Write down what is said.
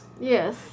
Yes